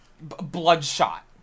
Bloodshot